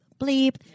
bleep